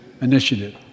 initiative